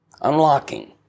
Unlocking